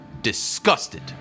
Disgusted